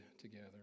together